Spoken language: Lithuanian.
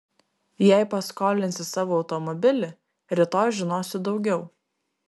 jei paskolinsi savo automobilį rytoj žinosiu daugiau